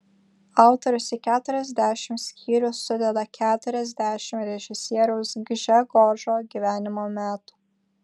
autorius į keturiasdešimt skyrių sudeda keturiasdešimt režisieriaus gžegožo gyvenimo metų